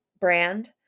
brand